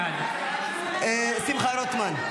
בעד שמחה רוטמן,